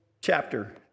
chapter